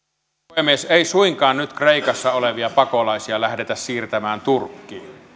puhemies ei suinkaan nyt kreikassa olevia pakolaisia lähdetä siirtämään turkkiin